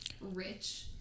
rich